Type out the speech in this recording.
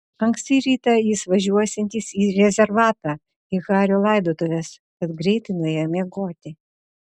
anksti rytą jis važiuosiantis į rezervatą į hario laidotuves tad greitai nuėjo miegoti